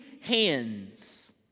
hands